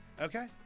Okay